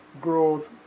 Growth